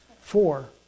Four